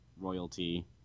royalty